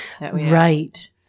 Right